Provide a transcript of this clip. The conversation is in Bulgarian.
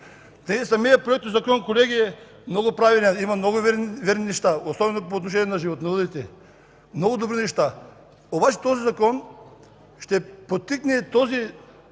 пари. Самият Проектозакон, колеги, е много правилен, има много верни неща, особено по отношение на животновъдите, много добри неща. Обаче този Закон ще подтикне не